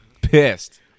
pissed